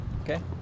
Okay